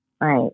Right